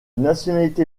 nationalité